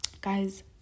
Guys